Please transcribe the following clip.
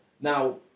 now